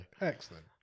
Excellent